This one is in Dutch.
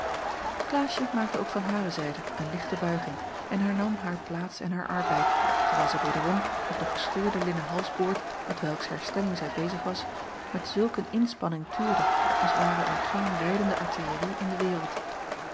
klaasje maakte ook van hare zijde een lichte buiging en hernam haar plaats en haar arbeid terwijl zij wederom op den gescheurden linnen halsboord met welks herstelling zij bezig was met zulk een inspanning tuurde als ware er geen rijdende artillerie in de wereld